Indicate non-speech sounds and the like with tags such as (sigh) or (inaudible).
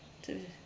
(noise)